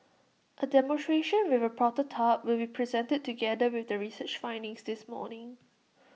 A demonstration with A prototype will be presented together with the research findings this morning